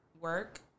work